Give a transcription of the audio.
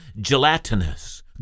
gelatinous